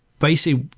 basically,